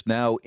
now